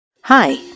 Hi